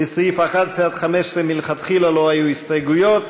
לסעיף 11 15 מלכתחילה לא היו הסתייגויות.